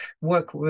work